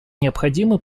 необходимый